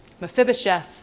Mephibosheth